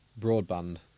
broadband